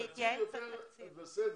בסדר,